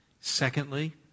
Secondly